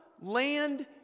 land